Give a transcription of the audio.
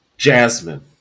Jasmine